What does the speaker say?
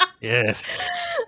Yes